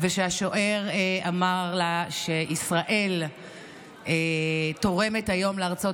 ושהשוער אמר לה שישראל תורמת היום לארצות